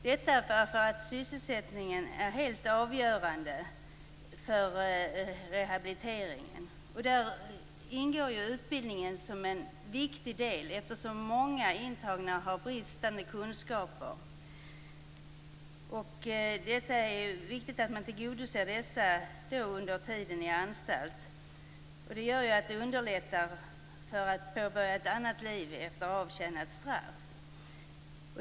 Det beror på att sysselsättningen är helt avgörande för rehabiliteringen. Där ingår utbildningen som en viktig del, eftersom många intagna har bristande kunskaper. Det är viktigt att man tillgodoser dessa under tiden på anstalt. Det underlättar för att påbörja ett annat liv efter avtjänat straff.